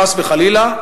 חס וחלילה,